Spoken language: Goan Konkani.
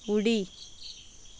उडी